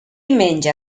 menja